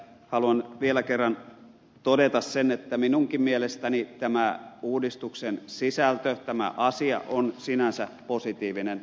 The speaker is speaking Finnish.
haluan vielä kerran todeta sen että minunkin mielestäni tämä uudistuksen sisältö tämä asia on sinänsä positiivinen